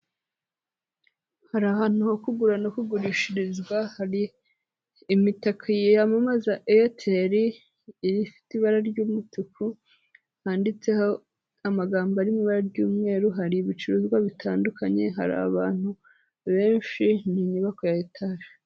Hari ahantu ho kugura no kugurishirizwa, hari imitaka ya mamaza Airtel iba ifite ibara ry'umutuku handitseho amagambo arimo ibara ry'umweru, hari ibicuruzwa bitandukanye, hari abantu benshi mu nyubako ya etaje.